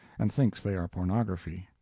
and thinks they are pornography.